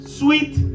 sweet